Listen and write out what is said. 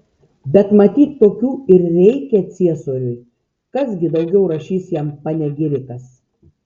bet matyt tokių ir reikia ciesoriui kas gi daugiau rašys jam panegirikas